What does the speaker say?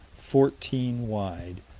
fourteen wide,